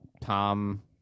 Tom